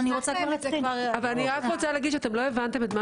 אני רק רוצה לומר שאתם לא הבנתם את מה